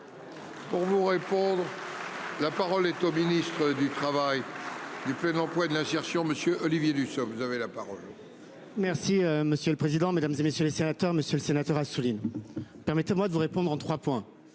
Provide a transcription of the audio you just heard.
et inutile. La parole est au ministre du Travail, du plein emploi, de l'insertion. Monsieur Olivier Dussopt. Vous avez la parole. Merci monsieur le président, Mesdames, et messieurs les sénateurs, monsieur le sénateur Assouline. Permettez-moi de vous répondre en 3 points.